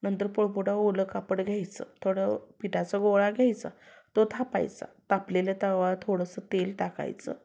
नंतर पोळपाटावर ओलं कापड घ्यायचं थोडं पिठाचा गोळा घ्यायचा तो थापायचा तापलेला तवा थोडंसं तेल टाकायचं